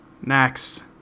Next